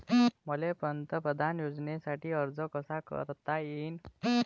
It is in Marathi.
मले पंतप्रधान योजनेसाठी अर्ज कसा कसा करता येईन?